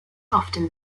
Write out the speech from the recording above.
often